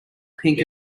pink